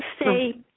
stay